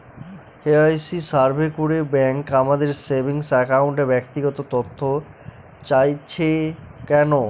KYC survey করে bank আমাদের saving অ্যাকাউন্টের ব্যক্তিগত তথ্য চাইছে কেন?